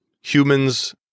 humans